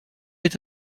est